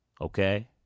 okay